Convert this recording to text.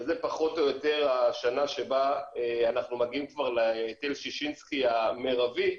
שזה פחות או יותר השנה שבה אנחנו מגיעים כבר להיטל ששינסקי המרבי,